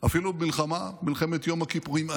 אפילו במלחמת יום הכיפורים,